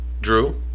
Drew